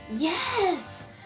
yes